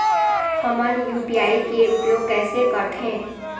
हमन यू.पी.आई के उपयोग कैसे करथें?